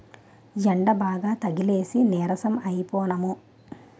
యెండబాగా తగిలేసి నీరసం అయిపోనము